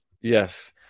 Yes